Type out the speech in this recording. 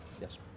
Yes